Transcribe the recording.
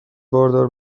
باردار